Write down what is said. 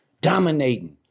dominating